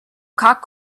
cock